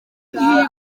iyi